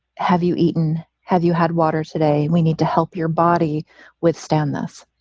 have you eaten? have you had water today? we need to help your body withstand this.